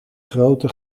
grote